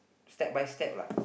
step by step lah